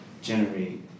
generate